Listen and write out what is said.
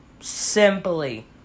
simply